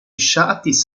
ŝatis